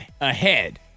ahead